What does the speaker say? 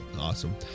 awesome